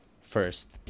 first